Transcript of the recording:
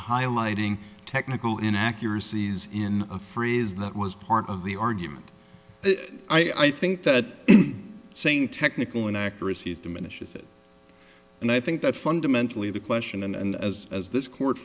highlighting technical in accuracies in a phrase that was part of the argument i think that saying technical and accuracy is diminishes it and i think that fundamentally the question and as as this court